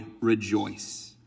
rejoice